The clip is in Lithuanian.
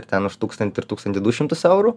ir ten už tūkstantį ir tūkstantį du šimtus eurų